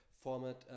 format